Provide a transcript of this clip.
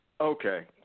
Okay